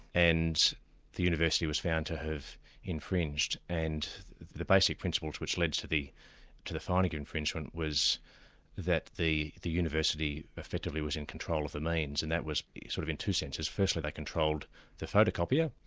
and the university was found to have infringed, and the basic principles which led to the to the finding of infringement was that the the university effectively was in control of the means, and that was sort of in two senses firstly they controlled the photocopier,